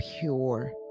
pure